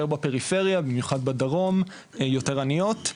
יותר בפריפריה, במיוחד בדרום, יותר עניות.